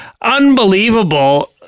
unbelievable